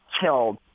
killed